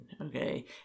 Okay